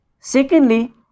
Secondly